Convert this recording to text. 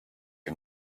and